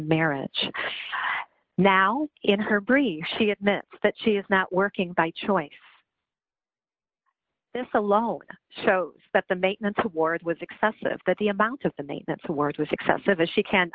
marriage now in her brief she admits that she is not working by choice this alone shows that the maintenance award was excessive that the amount of the maintenance awards was excessive as she can